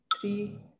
three